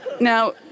Now